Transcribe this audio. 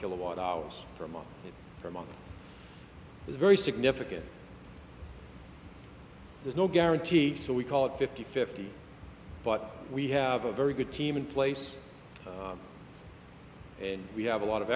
kilowatt hours per month per month is very significant there's no guarantee that we call it fifty fifty but we have a very good team in place and we have a lot of